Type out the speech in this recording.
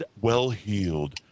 well-healed